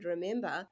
remember